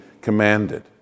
commanded